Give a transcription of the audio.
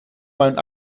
mein